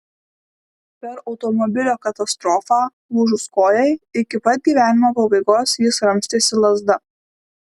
per automobilio katastrofą lūžus kojai iki pat gyvenimo pabaigos jis ramstėsi lazda